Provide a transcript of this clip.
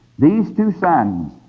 these two sons